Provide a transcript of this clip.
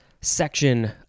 section